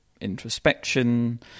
introspection